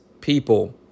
people